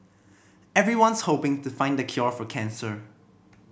everyone's hoping to find the cure for cancer